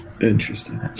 Interesting